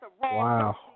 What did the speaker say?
Wow